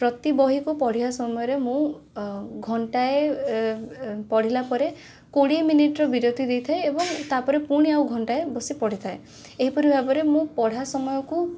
ପ୍ରତି ବହିକୁ ପଢ଼ିବା ସମୟରେ ମୁଁ ଏଁ ଘଣ୍ଟାଏ ଏ ପଢ଼ିଲାପରେ କୋଡ଼ିଏ ମିନିଟ୍ ର ବିରତି ଦେଇଥାଏ ଏବଂ ତାପରେ ପୁଣି ଆଉ ଘଣ୍ଟାଏ ବସିପଢ଼ିଥାଏ ଏହିପରି ଭାବରେ ମୁଁ ପଢ଼ା ସମୟକୁ